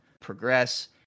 progress